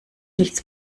nichts